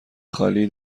خالی